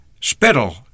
spittle